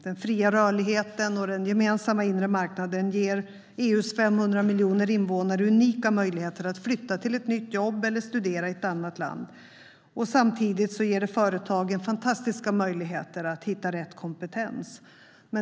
Den fria rörligheten och den gemensamma inre marknaden ger EU:s 500 miljoner invånare unika möjligheter att flytta till ett nytt jobb eller studera i ett annat land. Samtidigt ger det företagen fantastiska möjligheter att hitta rätt kompetens.